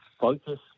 focus